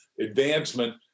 advancement